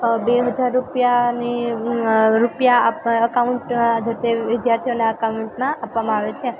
બે હજાર રૂપિયાને રૂપિયા આપવા અકાઉન્ટ જે તે વિદ્યાર્થીઓના અકાઉન્ટમાં આપવામાં આવે છે